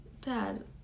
Dad